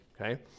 okay